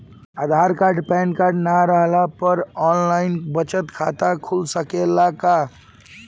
आधार card pan card न रहला पर आन लाइन बचत खाता खुल सकेला का?